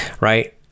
right